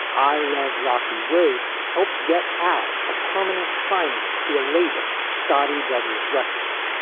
i love rocky road helped get al a permanent signing to a label scottie brothers records,